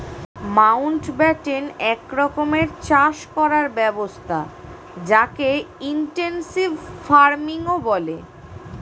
Mountbatten এক রকমের চাষ করার ব্যবস্থা যকে ইনটেনসিভ ফার্মিংও বলে